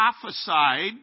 prophesied